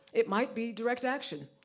it might be direct action.